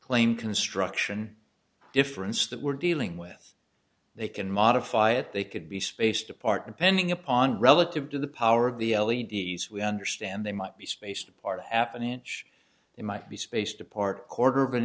claim construction difference that we're dealing with they can modify it they could be spaced apart and pending upon relative to the power of the l e d s we understand they might be spaced apart half an inch they might be spaced apart quarter of an